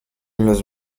los